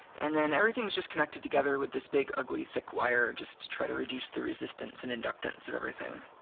and then everything's just connected together with this big ugly thick wire just to try to reduce the resistance and inductance of everything.